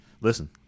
listen